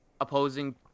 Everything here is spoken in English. opposing